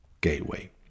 gateway